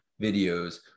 videos